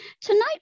tonight